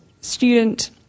student